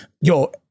yo